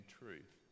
truth